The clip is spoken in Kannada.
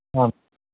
ಹ್ಞೂ